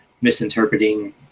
misinterpreting